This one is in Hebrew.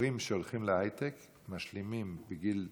הבחורים שהולכים להייטק משלימים בגיל 20,